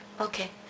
Okay